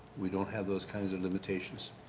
we not have those kinds of limitations?